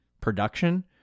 production